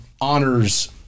honors